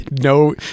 no